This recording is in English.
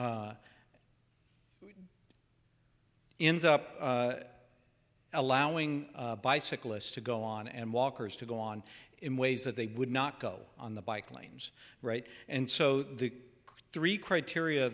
ins up allowing bicyclists to go on and walkers to go on in ways that they would not go on the bike lanes right and so the three criteria